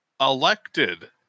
elected